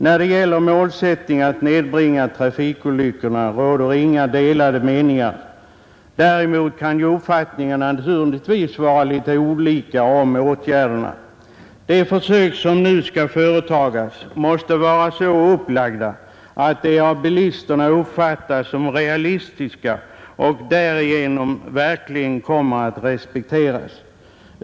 När det gäller målsättningen att nedbringa trafikolyckorna råder inga delade meningar. Däremot kan uppfattningarna naturligtvis vara en smula olika om åtgärderna. De försök som nu skall företagas måste vara så upplagda att de av bilisterna uppfattas som realistiska och därigenom verkligen kommer att respekteras.